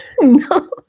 No